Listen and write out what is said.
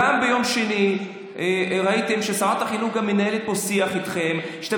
גם ביום שני ראיתם ששרת החינוך מנהלת פה שיח אתכם ואתם